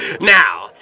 Now